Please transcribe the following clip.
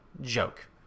joke